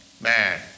man